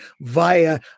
via